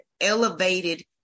elevated